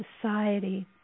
society